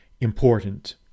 important